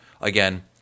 again